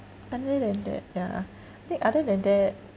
other than that ya I think other than that